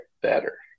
better